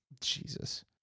Jesus